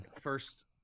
First